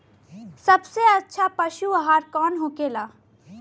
सबसे अच्छा पशु आहार कौन होखेला?